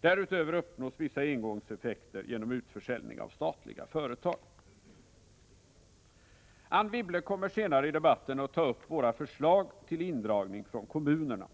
Därutöver uppnås vissa engångseffekter genom utförsäljning av statliga företag. Anne Wibble kommer senare i debatten att ta upp våra förslag till indragning från kommunerna.